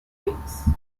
ways